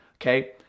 okay